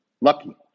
lucky